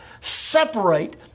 separate